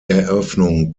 eröffnung